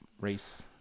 race